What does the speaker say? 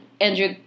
Andrew